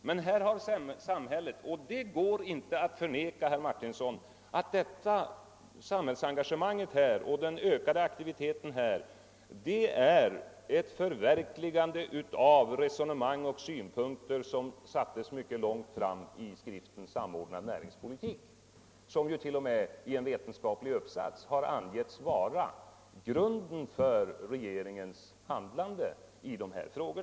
Detta samhällsengagemang och denna ökade aktivitet utgör — det går inte att förneka, herr Martinsson — ett förverkligande av resonemang och synpunkter som sattes 1 förgrunden i skriften Samordnad näringspolitik, som t.o.m. i en vetenskaplig uppsats angivits vara grunden för regeringens handlande i dessa frågor.